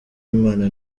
imana